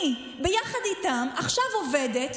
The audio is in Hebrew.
אני, ביחד איתם, עכשיו עובדת